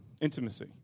Intimacy